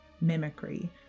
mimicry